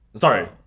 Sorry